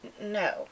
No